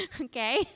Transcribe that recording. Okay